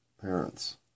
parents